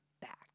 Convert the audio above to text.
back